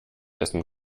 essen